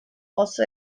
also